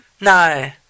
no